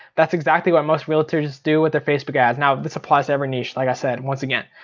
that's exactly what most realtors do with their facebook ads. now this applies to every niche like i said, once again.